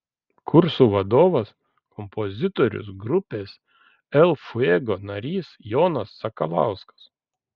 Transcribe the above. kursų vadovas kompozitorius grupės el fuego narys jonas sakalauskas